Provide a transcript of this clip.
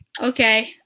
Okay